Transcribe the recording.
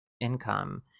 income